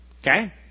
Okay